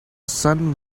son